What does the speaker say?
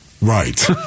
Right